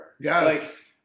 Yes